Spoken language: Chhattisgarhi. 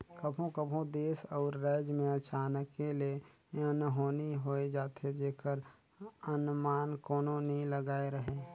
कभों कभों देस अउ राएज में अचानके ले अनहोनी होए जाथे जेकर अनमान कोनो नी लगाए रहें